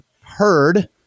heard